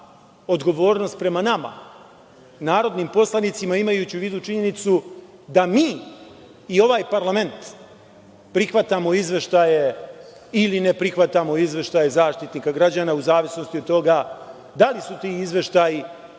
odgovornost prema nama, narodnim poslanicima, imajući u vidu činjenicu da mi i ovaj parlament prihvatamo izveštaje ili ne prihvatamo izveštaje Zaštitnika građana, u zavisnosti od toga da li su ti izveštaji